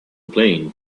playing